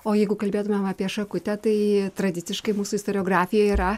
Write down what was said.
o jeigu kalbėtumėm apie šakutę tai tradiciškai mūsų istoriografijoj yra